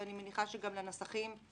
ואני מניחה שגם לנסחים,